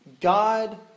God